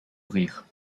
rire